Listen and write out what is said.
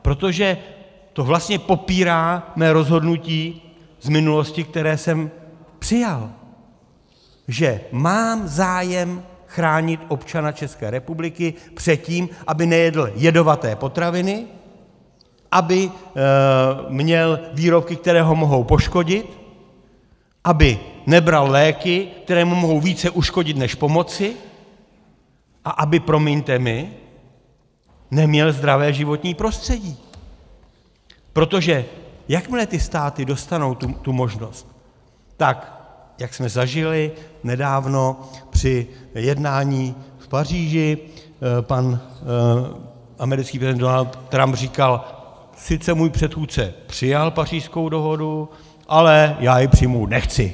Protože to vlastně popírá mé rozhodnutí z minulosti, které jsem přijal, že mám zájem chránit občana České republiky před tím, aby nejedl jedovaté potraviny, aby měl výrobky, které ho mohou poškodit, aby nebral léky, které mu mohou více uškodit než pomoci, a aby, promiňte mi, neměl zdravé životní prostředí, protože jakmile ty státy dostanou tu možnost, tak, jak jsme zažili nedávno při jednání v Paříži, pan americký prezident Donald Trump říkal: sice můj předchůdce přijal Pařížskou dohodu, ale já ji přijmout nechci.